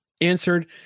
answered